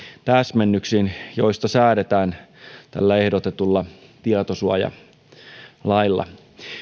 täsmennyksiin joista säädetään tällä ehdotetulla tietosuojalailla